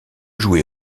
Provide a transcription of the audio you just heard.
jouer